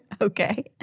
Okay